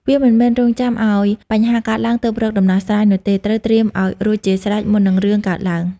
វាមិនមែនរង់ចាំឱ្យបញ្ហាកើតឡើងទើបរកដំណោះស្រាយនោះទេ ត្រូវត្រៀមឲ្យរួចជាស្រេចមុននិងរឿងកើតឡើង។